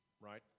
Right